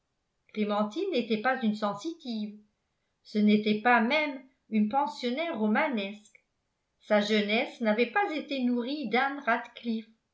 clémentine n'était pas une sensitive ce n'était pas même une pensionnaire romanesque sa jeunesse n'avait pas été nourrie d'anne